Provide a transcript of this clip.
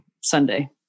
Sunday